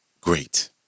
great